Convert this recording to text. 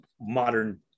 modern